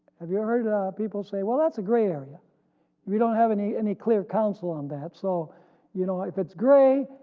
have you heard people say well that's a gray area we don't have any any clear counsel on that, so you know if it's gray,